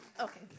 Okay